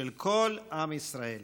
של כל עם ישראל.